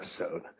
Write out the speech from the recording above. episode